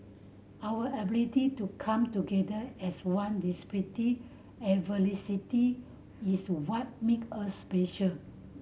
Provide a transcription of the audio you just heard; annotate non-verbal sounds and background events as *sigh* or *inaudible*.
our ability to come together as one *unintelligible* adversity is what make us special